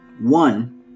One